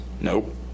nope